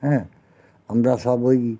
হ্যাঁ আমরা সব ওই